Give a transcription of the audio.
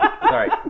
Sorry